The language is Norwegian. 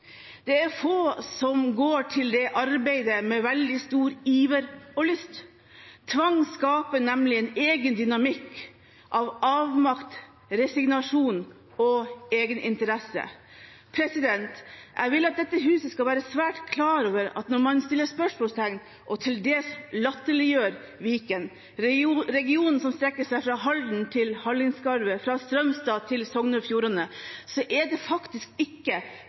Det er få som går til det arbeidet med veldig stor iver og lyst. Tvang skaper nemlig en egen dynamikk av avmakt, resignasjon og egeninteresse. Jeg vil at dette huset skal være svært klar over at når man setter spørsmålstegn ved og til dels latterliggjør Viken, regionen som strekker seg fra Halden til Hallingskarvet, fra Strømstad til Sogn og Fjordane, er det faktisk ikke